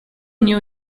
new